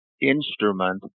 instrument